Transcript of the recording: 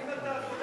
האם אתה תומך